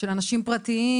של אנשים פרטיים,